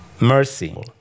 Mercy